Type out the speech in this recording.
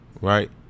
right